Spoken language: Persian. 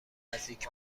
نزدیک